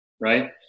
Right